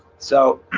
so